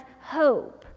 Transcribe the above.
hope